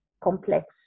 complex